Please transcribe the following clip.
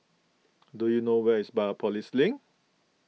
do you know where is Biopolis Link